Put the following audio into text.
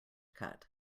cut